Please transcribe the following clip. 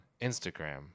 Instagram